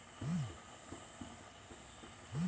Education ಲೋನಿಗೆ ಅರ್ಜಿ ಕೊಡೂದು ಹೇಗೆ?